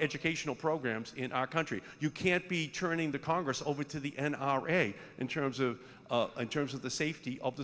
educational programs in our country you can't be turning the congress over to the n r a in terms of in terms of the safety of the